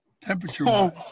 temperature